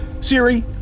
Siri